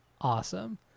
awesome